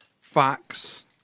facts